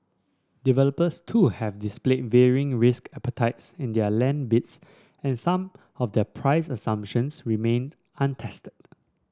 developers too have displayed varying risk appeties in their land bids and some of their price assumptions remained untested